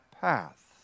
path